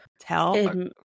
tell